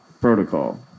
protocol